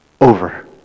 over